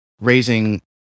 raising